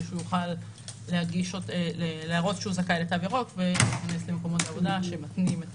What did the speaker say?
שהוא יוכל להראות שהוא זכאי לתו ירוק ולהיכנס למקומות עבודה שמתנים את